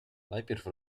najpierw